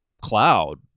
cloud